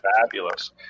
fabulous